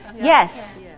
Yes